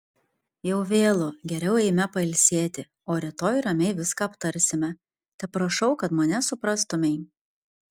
jau vėlu geriau eime pailsėti o rytoj ramiai viską aptarsime teprašau kad mane suprastumei